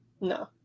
No